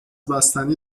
بستنی